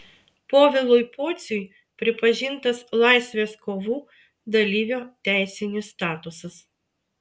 povilui pociui pripažintas laisvės kovų dalyvio teisinis statusas